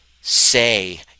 say